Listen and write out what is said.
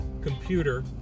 computer